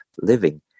living